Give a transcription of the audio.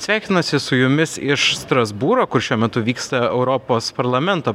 sveikinuosi su jumis iš strasbūro kur šiuo metu vyksta europos parlamento